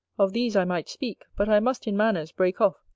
of these i might speak, but i must in manners break off,